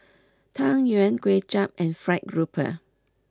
Tang Yuen Kway Chap and Fried Grouper